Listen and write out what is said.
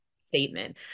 statement